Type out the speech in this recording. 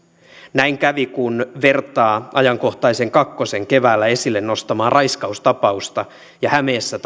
näin kävi kun vertaa ajankohtaisen kakkosen keväällä esille nostamaa raiskaustapausta ja hämeessä